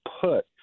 put